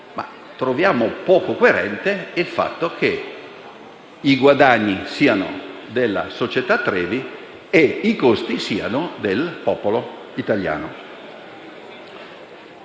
tuttavia, poco coerente il fatto che i guadagni vadano alla società Trevi mentre i costi siano del popolo italiano.